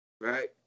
right